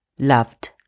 Loved